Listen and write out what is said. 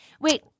Wait